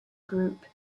group